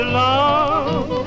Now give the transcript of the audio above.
love